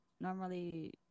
normally